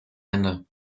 ende